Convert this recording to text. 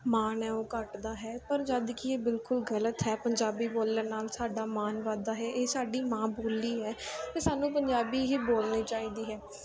ਮਾਣ ਹੈ ਉਹ ਘੱਟਦਾ ਹੈ ਪਰ ਜਦ ਕਿ ਇਹ ਬਿਲਕੁਲ ਗਲਤ ਹੈ ਪੰਜਾਬੀ ਬੋਲਣ ਨਾਲ ਸਾਡਾ ਮਾਨ ਵੱਧਦਾ ਹੈ ਇਹ ਸਾਡੀ ਮਾਂ ਬੋਲੀ ਹੈ ਅਤੇ ਸਾਨੂੰ ਪੰਜਾਬੀ ਹੀ ਬੋਲਣੀ ਚਾਹੀਦੀ ਹੈ